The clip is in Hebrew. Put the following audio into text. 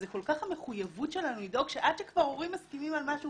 זה כל כך המחויבות שלנו לדאוג שעד שכבר הורים מסכימים על משהו